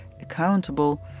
accountable